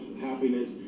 happiness